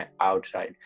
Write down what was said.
outside